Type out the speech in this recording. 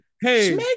hey